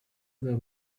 their